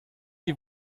die